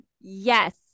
Yes